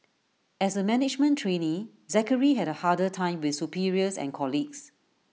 as A management trainee Zachary had A harder time with superiors and colleagues